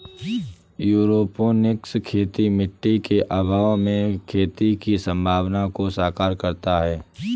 aeroponics खेती मिट्टी के अभाव में खेती की संभावना को साकार करता है